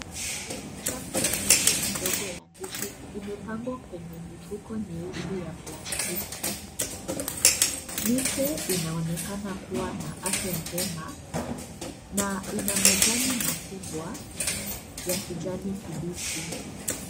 Safu ya miche midogo ya gesi, imepangwa kwenye mifuko nyeusi ya plastiki, miche inaonekana kuwa na afya njema, na ina majani makubwa ya kijani kibichi.